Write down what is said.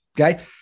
Okay